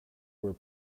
were